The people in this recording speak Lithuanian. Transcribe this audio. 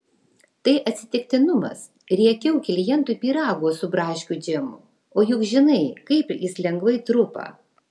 tai atsitiktinumas riekiau klientui pyrago su braškių džemu o juk žinai kaip jis lengvai trupa